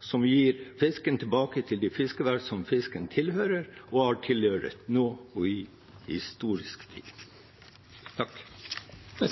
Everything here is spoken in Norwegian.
som gir fisken tilbake til de fiskeværene som fisken tilhører og har tilhørt i historisk tid. Det